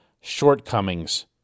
shortcomings